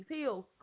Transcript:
heels